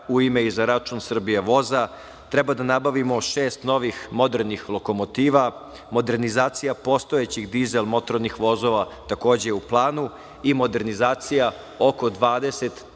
u ime i za račun „Srbijavoza“. Treba da nabavimo šest novih modernih lokomotiva. Modernizacija postojećih dizel motornih vozova takođe je u planu i modernizacija oko 20